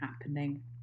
happening